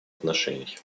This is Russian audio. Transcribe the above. отношений